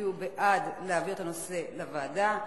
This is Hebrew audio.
להעביר את הנושא לוועדה,